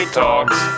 talks